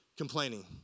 Complaining